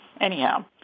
Anyhow